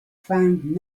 found